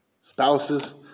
spouses